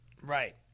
Right